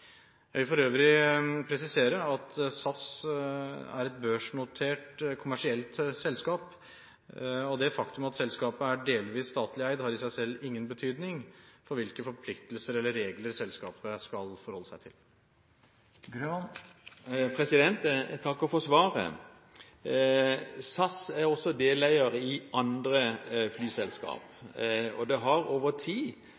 Jeg vil for øvrig presisere at SAS er et børsnotert kommersielt selskap, og det faktum at selskapet er delvis statlig eid, har i seg selv ingen betydning for hvilke forpliktelser eller regler selskapet skal forholde seg til. Jeg takker for svaret. SAS er også deleier i andre